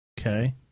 Okay